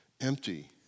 empty